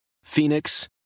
phoenix